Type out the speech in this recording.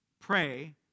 Pray